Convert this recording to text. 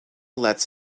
lets